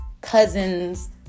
cousins